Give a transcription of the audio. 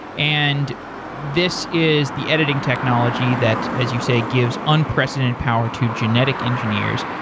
and this is the editing technology that, as you say, gives unprecedented power to genetic engineers.